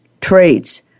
traits